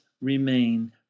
remain